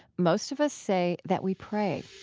most of us say that we pray.